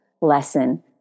lesson